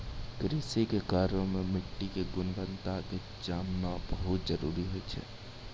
कृषि के कार्य मॅ मिट्टी के गुणवत्ता क जानना बहुत जरूरी होय छै